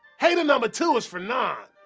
hater numba two is fernand.